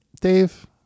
Dave